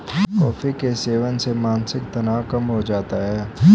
coffee के सेवन से मानसिक तनाव कम हो जाता है